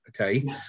okay